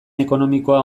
ekonomikoa